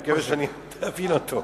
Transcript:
ואני מקווה שאני אבין אותו.